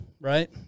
right